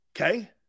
Okay